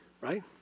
right